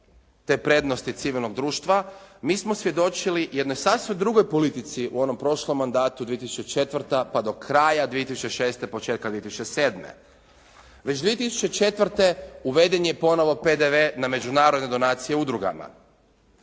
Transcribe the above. te prednosti civilnog društva, mi smo svjedočili jednoj sasvim drugoj politici u onom prošlom mandatu 2004., pa do kraja 2006. i početka 2007. Već 2004. uveden je ponovno PDV na međunarodne donacije udrugama.